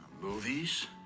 Movies